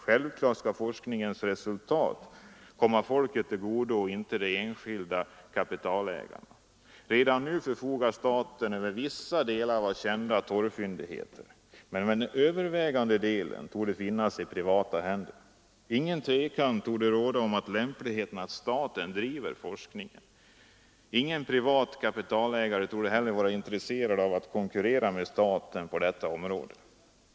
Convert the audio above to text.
Självklart skall forskningsresultatet komma folket till godo och inte de enskilda kapitalägarna. Redan nu förfogar staten över vissa delar av kända torvfyndigheter, men den övervägande delen torde ligga i privata händer. Inget tvivel torde råda om lämpligheten av att staten bedriver forskningen. Ingen privat kapitalägare torde heller vara intresserad av att konkurrera med staten på detta område.